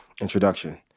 introduction